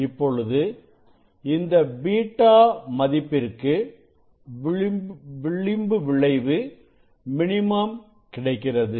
இப்பொழுது இந்த β மதிப்பிற்கு விளிம்பு விளைவு மினிமம் கிடைக்கிறது